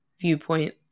viewpoint